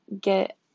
get